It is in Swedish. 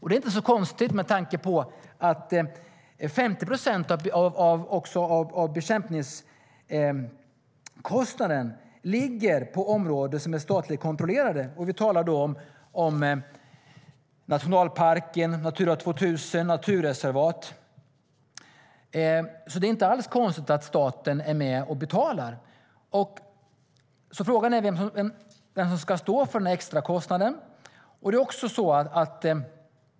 Det är inte så konstigt att 50 procent av bekämpningskostnaden ligger på områden som är statligt kontrollerade. Vi talar då om nationalparker, Natura 2000-områden och naturreservat. Det är alltså inte konstigt att staten är med och betalar. Frågan är alltså vem som ska stå för den extra kostnaden.